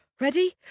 Ready